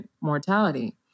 mortality